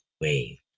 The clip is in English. wave